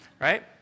Right